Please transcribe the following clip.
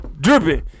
Dripping